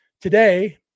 today